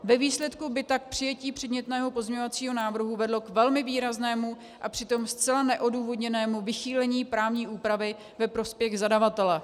Ve výsledku by tak přijetí předmětného pozměňovacího návrhu vedlo k velmi výraznému a přitom zcela neodůvodněnému vychýlení právní úpravy ve prospěch zadavatele.